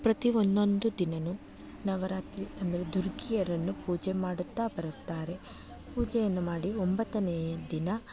ಪ್ರತಿ ಒಂದೊಂದು ದಿನ ನವರಾತ್ರಿ ಅಂದರೆ ದುರ್ಗಿಯರನ್ನು ಪೂಜೆ ಮಾಡುತ್ತಾ ಬರುತ್ತಾರೆ ಪೂಜೆಯನ್ನು ಮಾಡಿ ಒಂಬತ್ತನೆಯ ದಿನ